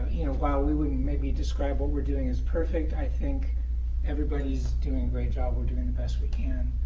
you know, while we wouldn't maybe describe what we're doing as perfect, i think everybody's doing a great job. we're doing the best we can,